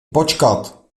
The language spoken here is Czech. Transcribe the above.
počkat